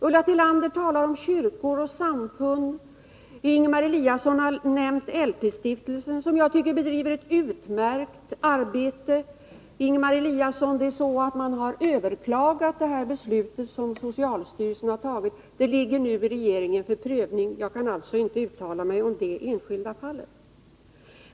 Ulla Tillander talar om kyrkor och samfund, och Ingemar Eliasson har nämnt LP-stiftelsen som jag tycker bedriver ett utmärkt arbete. Det ligger så till, Ingemar Eliasson, att socialstyrelsens beslut har överklagats. Det ligger nu hos regeringen för prövning, och jag kan alltså inte uttala mig om det enskilda fallet.